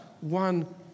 one